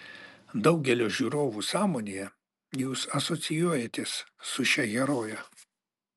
daugelio žiūrovų sąmonėje jūs asocijuojatės su šia heroje